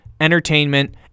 entertainment